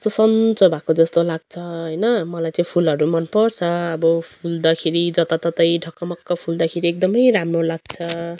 कस्तो सन्चो भएको जस्तो लाग्छ होइन मलाई चाहिँ फुलहरू मनपर्छ अब फुल्दाखेरि जताततै ढकमक्क फुल्दाखेरि एकदमै राम्रो लाग्छ